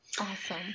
Awesome